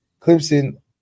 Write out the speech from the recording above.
Clemson